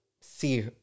see